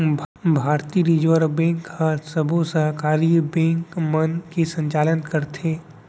भारतीय reserve bank ह सबो सहकारी बेंक मन के संचालन करथे